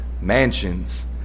Mansions